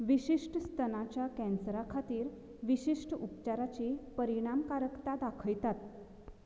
विशिश्ट स्तनाच्या कॅन्सरा खातीर विशिश्ट उपचाराची परिणामकारकता दाखयतात